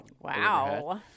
Wow